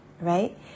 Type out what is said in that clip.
Right